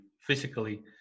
physically